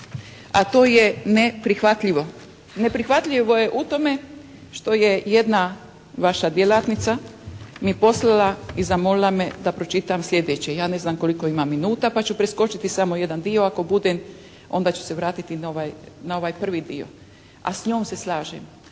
a to je neprihvatljivo. Neprihvatljivo je u tome što je jedna vaša djelatnica mi je poslala i zamolila me da pročitam sljedeće. Ja ne znam koliko imam minuta pa ću preskočiti samo jedan dio ako budem, onda ću se vratiti na ovaj, na ovaj prvi dio. A s njom se slažem.